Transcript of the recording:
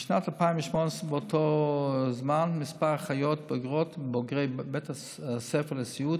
בשנת 2018. באותו זמן מספר האחיות בוגרות ובוגרי בית הספר לסיעוד